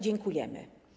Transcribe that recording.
Dziękujemy.